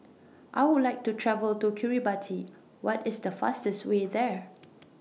I Would like to travel to Kiribati What IS The fastest Way There